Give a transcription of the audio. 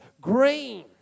green